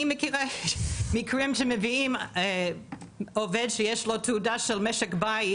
אני מכירה מצבים שמביאים עובד שיש לו תעודה של משק בית